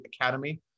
Academy